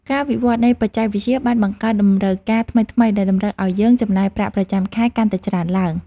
ការវិវត្តនៃបច្ចេកវិទ្យាបានបង្កើតតម្រូវការថ្មីៗដែលតម្រូវឱ្យយើងចំណាយប្រាក់ប្រចាំខែកាន់តែច្រើនឡើង។